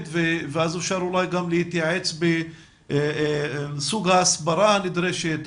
ואז אפשר אולי גם להתייעץ בסוג ההסברה הנדרשת,